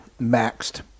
maxed